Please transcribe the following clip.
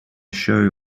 show